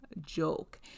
joke